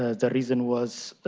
ah the reason was,